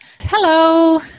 Hello